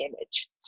image